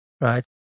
Right